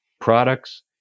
products